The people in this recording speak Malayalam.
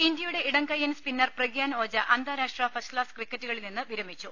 ഇന്ത്യയുടെ ഇടംകൈയ്യൻ സ്പിന്നർ പ്രഗ്യാൻ ഓജ അന്താ രാഷ്ട്ര ഫസ്റ്റ്ക്ളാസ് ക്രിക്കറ്റുകളിൽ നിന്ന് വിരമിച്ചു